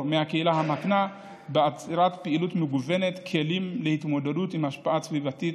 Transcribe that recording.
מהקהילה המקנה באמצעות פעילות מגוונת כלים להתמודדות עם השפעה סביבתית,